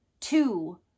Two